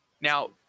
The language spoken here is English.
Now